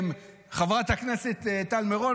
חברת הכנסת טל מירון,